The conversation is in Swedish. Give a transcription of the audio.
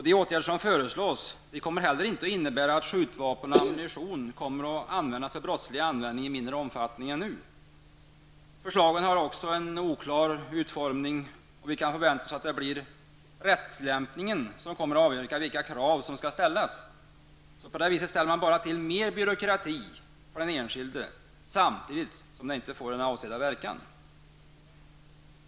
De åtgärder som föreslås skulle inte heller innebära att skjutvapen och ammunition kom till användning i brottsligt syfte i mindre omfattning än nu. Förslagen har också fått en så oklar utformning att vi kan förvänta oss att det blir rättstillämpningen som kommer att få avgöra vilka krav som skall ställas. På det viset ställer man bara till mer byråkrati för den enskilde, samtidigt som det inte får den avsedda verkan.